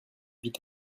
vit